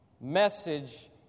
message